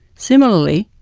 similarly,